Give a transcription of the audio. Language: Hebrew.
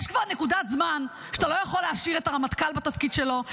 יש כבר נקודת זמן שאתה לא יכול להשאיר את הרמטכ"ל בתפקיד שלו,